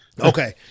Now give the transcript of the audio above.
Okay